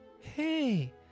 Hey